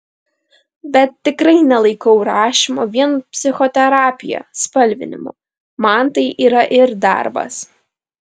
bet tikrai nelaikau rašymo vien psichoterapija spalvinimu man tai yra ir darbas